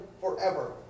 forever